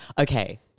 Okay